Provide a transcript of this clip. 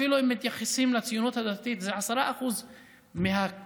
אפילו אם מתייחסים לציונות הדתית, זה 10% מהכנסת.